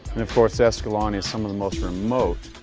and of course escalante is some of the most remote.